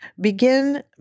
begin